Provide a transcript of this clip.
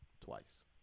Twice